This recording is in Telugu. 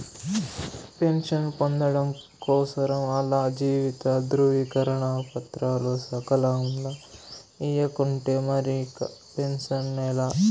పెన్షన్ పొందడం కోసరం ఆల్ల జీవిత ధృవీకరన పత్రాలు సకాలంల ఇయ్యకుంటే మరిక పెన్సనే లా